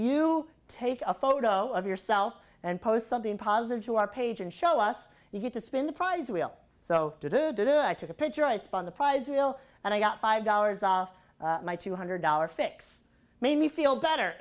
you take a photo of yourself and post something positive to our page and show us you get to spin the prize wheel so to do do i took a picture i spun the prize reel and i got five dollars off my two hundred dollar fix made me feel better